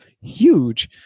huge